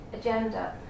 agenda